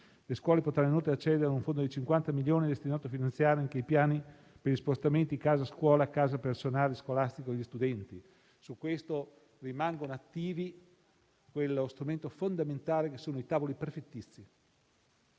Le scuole potranno accedere inoltre ad un fondo di 50 milioni destinato a finanziare anche i piani per gli spostamenti casa-scuola-casa del personale scolastico e degli studenti. Su questo rimangono attivi gli strumenti fondamentali che sono i tavoli prefettizi.